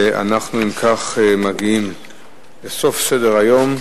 אם כך, אנחנו מגיעים לסוף סדר-היום.